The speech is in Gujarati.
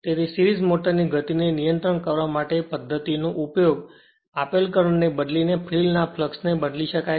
તેથી સિરીજમોટર ની ગતિને નિયંત્રિત કરવા માટે આ પદ્ધતિનો ઉપયોગ આપેલ કરંટ ને બદલી ને ફિલ્ડ ના ફ્લક્ષ ને બદલી શકાય છે